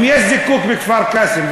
אם יש זיקוק בכפר-קאסם,